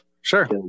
Sure